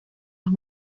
los